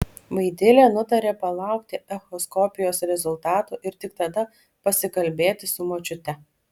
vaidilė nutarė palaukti echoskopijos rezultatų ir tik tada pasikalbėti su močiute